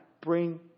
bring